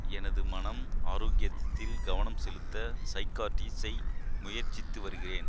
எனது மன ஆரோக்கியத்தில் கவனம் செலுத்த சைக்காட்ரிசை முயற்சித்து வருகிறேன்